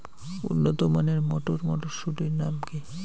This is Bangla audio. উন্নত মানের মটর মটরশুটির নাম?